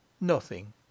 Nothing